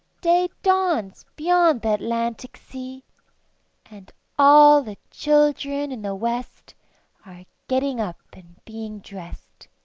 day dawns beyond the atlantic sea and all the children in the west are getting up and being dressed.